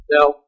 Now